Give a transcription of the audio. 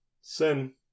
sin